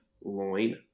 Loin